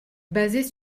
basées